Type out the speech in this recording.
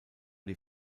die